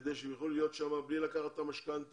כדי שיוכלו להיות שם בלי לקחת משכנתה.